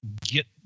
get